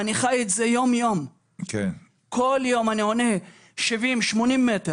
אני חי את זה יום-יום וכל יום אני עולה 80-70 מטר.